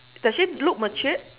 does she look matured